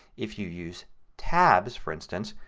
if you use tabs, for instance,